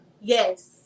Yes